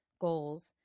goals